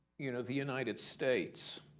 you know, the united states